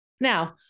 Now